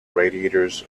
radiators